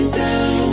down